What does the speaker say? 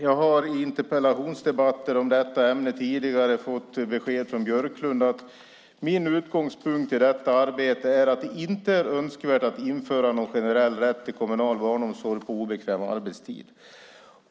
Jag har i interpellationsdebatter i detta ämne tidigare fått besked från Björklund att hans utgångspunkt i detta arbete är att det inte är önskvärt att införa någon generell rätt till kommunal barnomsorg på obekväm arbetstid.